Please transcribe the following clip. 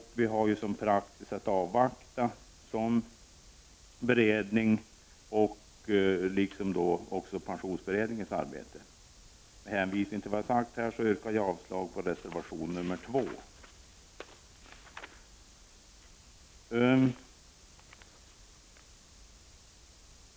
Vi har som praxis att avvakta sådan beredning. Det skall vi också göra vad gäller pensionsberedningens arbete. Med hänvisning till vad jag sagt yrkar jag avslag på reservation nr 2.